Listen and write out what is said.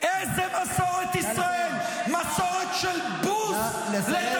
תודה רבה, נא לסיים.